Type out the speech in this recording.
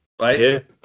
right